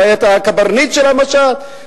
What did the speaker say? לא היתה הקברניט של המשט,